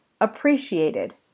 appreciated